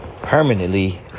Permanently